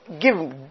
give